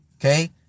Okay